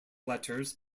letters